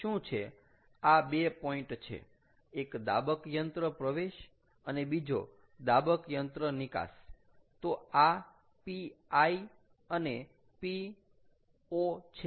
આ 2 પોઇન્ટ છે એક દાબક યંત્ર પ્રવેશ અને બીજો દાબક યંત્ર નીકાસ તો આ Pi અને P0 છે